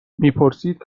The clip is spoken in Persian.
میپرسید